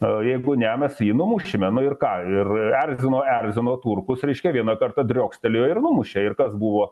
jeigu ne mes jį numušime nu ir ką ir erzino erzino turkus reiškia vieną kartą driokstelėjo ir numušė ir kas buvo